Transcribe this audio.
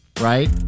right